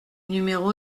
numéro